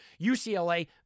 UCLA